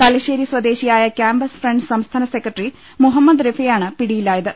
തലശ്ശേരി സ്വദേശിയായ campus front സംസ്ഥാന secretary Muhammad റിഫയാണ് പിടിയിലാ യത്